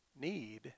need